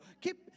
keep